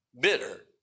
bitter